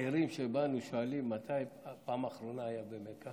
הצעירים שבנו שואלים מתי הייתה הפעם האחרונה במכה.